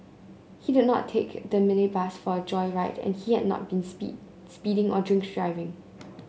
he did not take the minibus for a joyride and he had not been speed speeding or drink driving